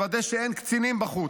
לוודא שאין קצינים בחוץ.